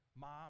Mom